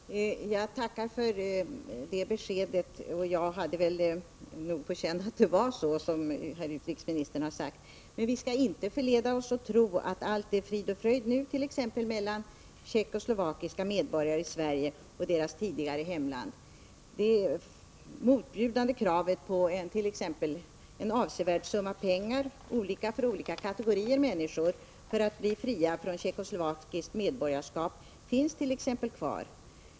Herr talman! Jag tackar för det beskedet. Jag hade nog på känn att det var så som herr utrikesministern har sagt. Vi skall dock inte låta förleda oss att tro att allt är frid och fröjd nu, t.ex. mellan tjeckoslovakiska medborgare i Sverige och deras tidigare hemland. Det motbjudande kravet på en avsevärd summa pengar, olika för olika kategorier människor, för att bli fri från tjeckoslovakiskt medborgarskap finns t.ex. kvar.